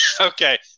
okay